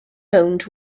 owned